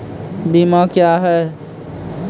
बीमा क्या हैं?